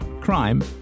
crime